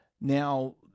Now